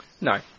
No